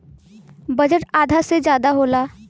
budget आधा से जादा होला